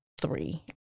three